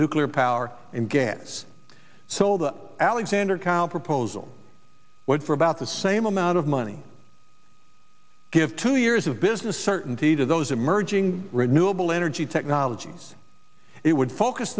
nuclear power and gets sold up alexander counterproposal what for about the same amount of money give two years of business certainty to those emerging renewable energy technologies it would focus